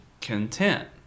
content